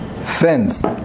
friends